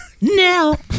Now